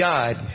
God